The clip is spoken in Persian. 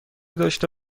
داشته